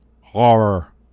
horror